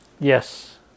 yes